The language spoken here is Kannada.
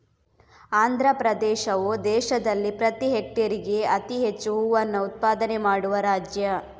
ಆಂಧ್ರಪ್ರದೇಶವು ದೇಶದಲ್ಲಿ ಪ್ರತಿ ಹೆಕ್ಟೇರ್ಗೆ ಅತಿ ಹೆಚ್ಚು ಹೂವನ್ನ ಉತ್ಪಾದನೆ ಮಾಡುವ ರಾಜ್ಯ